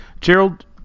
Gerald